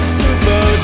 super